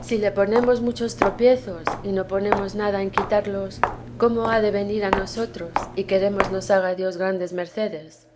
si le ponemos muchos tropiezos y no ponemos nada en quitarlos cómo ha de venir a nosotros y queremos nos haga dios grandes mercedes